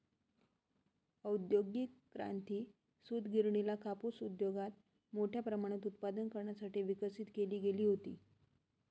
औद्योगिक क्रांती, सूतगिरणीला कापूस उद्योगात मोठ्या प्रमाणात उत्पादन करण्यासाठी विकसित केली गेली होती